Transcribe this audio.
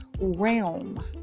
realm